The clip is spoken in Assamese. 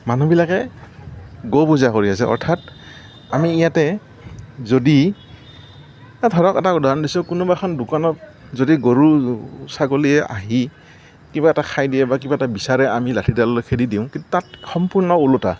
মানুহবিলাকে গো পূজা কৰি আছে অৰ্থাৎ আমি ইয়াতে যদি এ ধৰক এটা উদাহৰণ দিছোঁ কোনোবা এখন দোকানত যদি গৰু ছাগলীয়ে আহি কিবা এটা খাই দিয়ে কিবা এটা বিচাৰে আমি লাঠিডাল লৈ খেদি দিওঁ কিন্তু তাত সম্পূৰ্ণ ওলোটা